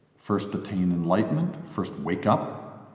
first attain enlightenment, first wake up,